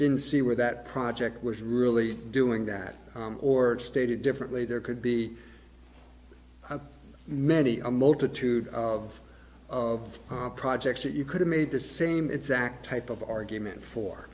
didn't see where that project was really doing that or stated differently there could be many a multitude of of our projects that you could have made the same exact type of argument